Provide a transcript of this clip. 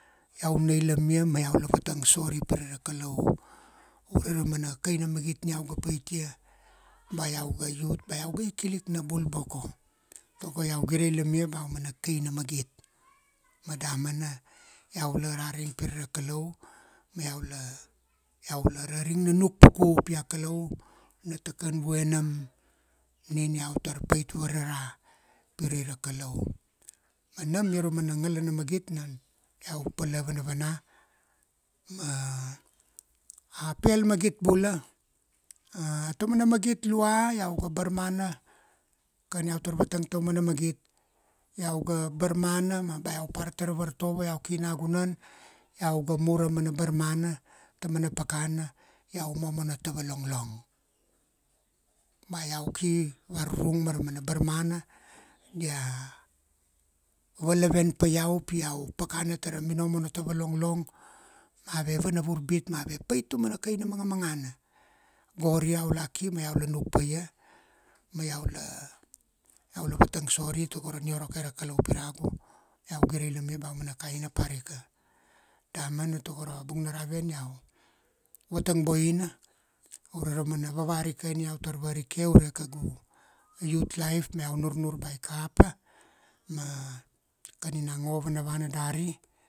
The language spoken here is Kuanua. Iau nailam ia ma iau la vatang sorry pire ra Kalau ure ra mana kaina magit ni iau ga paitia ba iau ga youth, ba iau ga ikilik na bul boko. Tago iau gireilam ia ba aumana kaina magit. Ma damana iau la raring pire ra Kalau, ma iaula, iaula raring na nukpuku pi a Kalauna takan vue nam nina iau tar pait varara pire ra Kalau. Ma nam ia ra mana ngalana magit nam iau pala vanavana, ma a pel magit bula. Taumana magit lua iau ga barmana, kan iau tar vatang taumana magit, iau ga barmana ma ba iau par tara vartovo iau ki nagunan, iau ga mur ra mana barmana tamana pakana, iau momo na tava longlong. Ba iau ki varurung mara mana barmana, dia, valaven pa iau pi iau pakana tara minomo na tava longlong, ma ve vana vurbit ma ve pait taumana kaina mangamangana. Gori iau la ki ma iau la nuk paia, ma iau la vatang sorry tago ra nioro kai ra Kalau piragu, iau gireilam ia ba aumana kaina parika. Damana tago ra bung na ravian iau vatang boina, ure ra mana vavarikai ni iau tar varike ure kaugu youth life ma iau nurnur ba i kapa, ma kan ina ngo vanavana dari,